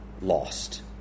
lost